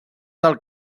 del